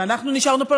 שאנחנו נשארנו פה,